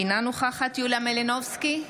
אינה נוכחת יוליה מלינובסקי,